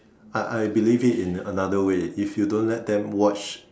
I I believe it in another way if you don't let them watch